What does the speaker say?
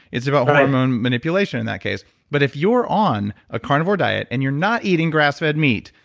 it's about hormone manipulation in that case but if you're on a carnivore diet and you're not eating grass-fed meat,